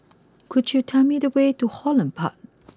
could you tell me the way to Holland Park